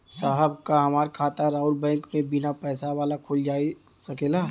साहब का हमार खाता राऊर बैंक में बीना पैसा वाला खुल जा सकेला?